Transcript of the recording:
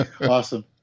Awesome